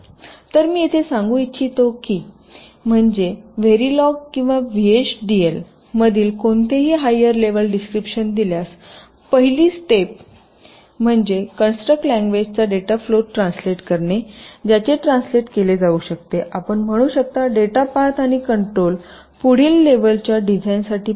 तर मी येथे सांगू इच्छितो ते म्हणजे वेरिलोग किंवा व्हीएचडीएल मधील कोणतेही हायर लेवल डिस्क्रिशन दिल्यास पहिली स्टेप म्हणजे कंस्ट्रक लँग्वेजचा डेटा फ्लो त ट्रान्सलेट करणे ज्याचे ट्रान्सलेट केले जाऊ शकते आपण म्हणू शकता डेटा पाथ आणि कंट्रोल पुढील लेवलच्याच्या डिझाइनसाठी पाथ